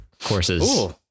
courses